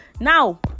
Now